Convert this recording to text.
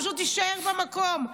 פשוט יישאר במקום.